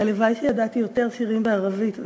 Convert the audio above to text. שהלוואי שידעתי יותר שירים בערבית.